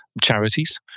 charities